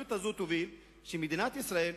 המדיניות הזאת תוביל לכך שמדינת ישראל,